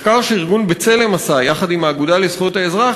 מחקר שארגון "בצלם" עשה יחד עם האגודה לזכויות האזרח